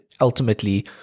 ultimately